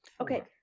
Okay